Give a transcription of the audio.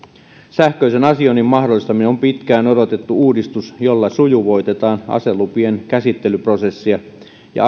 sähköisen asioinnin mahdollistaminen on pitkään odotettu uudistus jolla sujuvoitetaan aselupien käsittelyprosessia ja